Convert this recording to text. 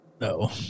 No